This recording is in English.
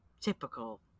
typical